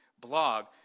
blog